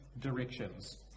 directions